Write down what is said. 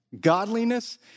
Godliness